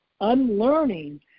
unlearning